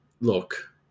look